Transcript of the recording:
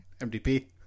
MDP